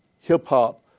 hip-hop